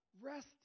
Rest